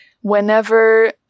whenever